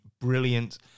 brilliant